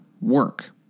work